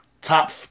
top